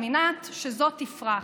על מנת שזו תפרח.